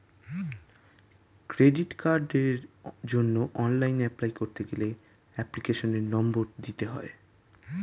credit কার্ডের জন্য online apply করতে গেলে এপ্লিকেশনের নম্বর দিতে হয়